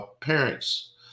parents